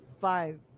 five